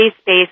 Space